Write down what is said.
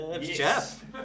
Jeff